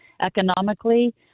economically